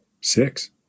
Six